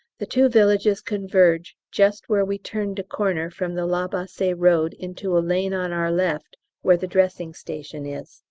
the two villages converge just where we turned a corner from the la bassee road into a lane on our left where the dressing station is.